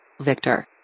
Victor